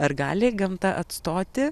ar gali gamta atstoti